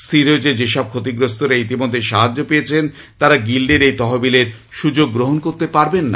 স্থির হয়েছে যেসব ক্ষতিগ্রস্তরা ইতিমধ্যেই সাহায্য পেয়েছেন তারা গিল্ডের এই তহবিলের সুযোগ গ্রহণ করতে পারবেন না